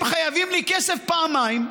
הם חייבים לי כסף פעמיים.